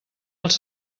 els